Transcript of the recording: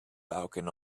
falcon